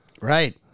right